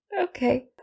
Okay